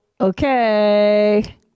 okay